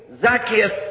Zacchaeus